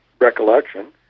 recollection